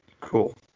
Cool